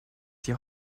die